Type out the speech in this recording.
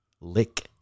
lick